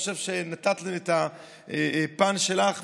אני חושב שנתת לנו את הפן שלך,